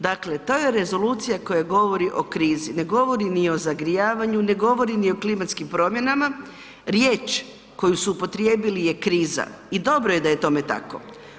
Dakle to je rezolucija koja govori o krizi, ne govori ni o zagrijavanju, ne govori ni o klimatskim promjenama, riječ koju su upotrijebili je kriza i dobro je da je tome tako.